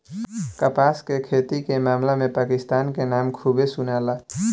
कपास के खेती के मामला में पाकिस्तान के नाम खूबे सुनाला